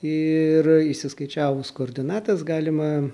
ir išsiskaičiavus koordinates galima